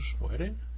wedding